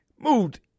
moved